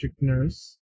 nurse